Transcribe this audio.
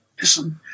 listen